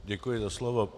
Děkuji za slovo.